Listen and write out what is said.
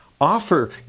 Offer